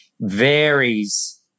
varies